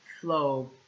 flow